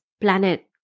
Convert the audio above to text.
planet